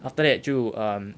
after that 就 um